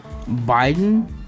Biden